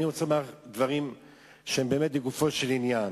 אני רוצה לומר דברים שהם באמת לגופו של עניין.